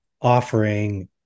offering